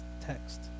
text